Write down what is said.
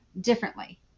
differently